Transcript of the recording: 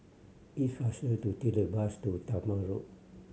it faster to take the bus to Talma Road